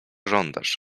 żądasz